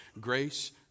Grace